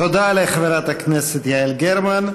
תודה לחברת הכנסת יעל גרמן.